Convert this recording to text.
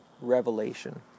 revelation